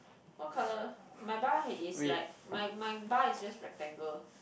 what colour my bar is like my my bar is just rectangle